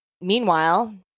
meanwhile